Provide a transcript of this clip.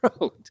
road